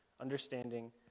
understanding